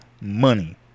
Money